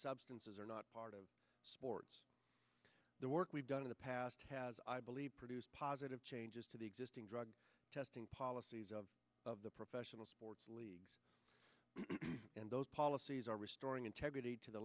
substances are not part of sports the work we've done in the past has i believe produced positive changes to the existing drug testing policies of of the professional sports leagues and those policies are restoring integrity to the